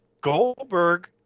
Goldberg